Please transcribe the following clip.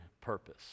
purpose